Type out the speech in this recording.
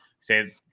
say